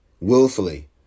willfully